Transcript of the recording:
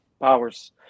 powers